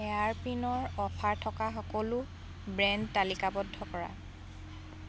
হেয়াৰপিনৰ offer থকা সকলো brand তালিকাবদ্ধ কৰা